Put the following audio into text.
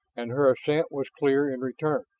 and her assent was clear in return.